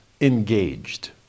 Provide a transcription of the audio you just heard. engaged